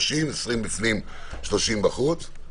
30 20 בפנים ו-30 בחוץ.